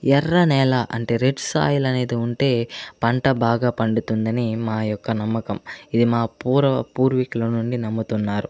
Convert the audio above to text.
ఎర్రనేల అంటే red soil అనేది ఉంటే పంట బాగా పండుతుందని మా యొక్క నమ్మకం ఇది మా పూర్వ పూర్వీకుల నుండి నమ్ముతున్నారు